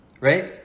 right